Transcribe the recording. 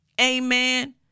Amen